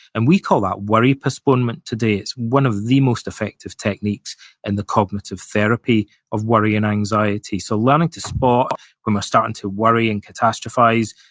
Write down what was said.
and we call that worry postponement, today. it's one of the most effective techniques in and the cognitive therapy of worry and anxiety, so learning to spot when we're starting to worry and catastrophize,